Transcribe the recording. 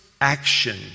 action